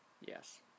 Yes